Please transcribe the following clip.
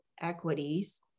equities